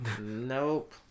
Nope